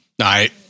right